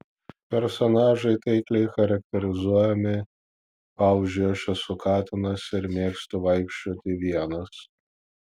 personažai taikliai charakterizuojami pavyzdžiui aš esu katinas ir mėgstu vaikščioti vienas